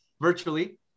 virtually